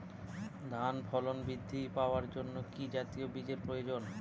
ধানে ফলন বৃদ্ধি পাওয়ার জন্য কি জাতীয় বীজের প্রয়োজন?